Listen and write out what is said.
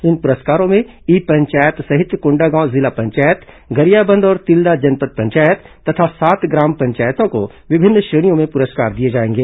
इन पुरस्कारों में ई पंचायत सहित कोंडागांव जिला पंचायत गरियाबंद और तिल्दा जनपद पंचायत तथा सात ग्राम पंचायतों को विभिन्न श्रेणियों में पुरस्कार दिए जाएंगे